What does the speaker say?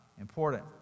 Important